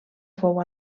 fou